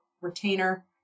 retainer